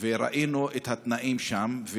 וראינו את התנאים שם.